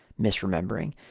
misremembering